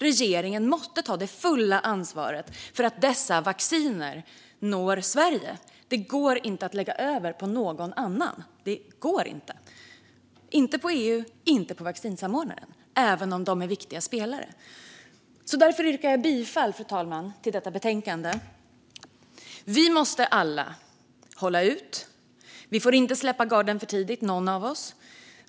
Regeringen måste ta det fulla ansvaret för att dessa vacciner når Sverige. Detta går inte att lägga över på någon annan - inte på EU och inte på vaccinsamordnaren, även om de är viktiga spelare. Därför yrkar jag bifall, fru talman, till förslaget i detta betänkande. Vi måste alla hålla ut. Ingen av oss får släppa garden för tidigt.